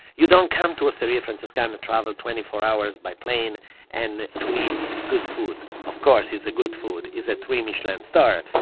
you don't come to osteria francescana, travel twenty four hours by plane and to eat good food. of course it's good food. it's a three michelin star.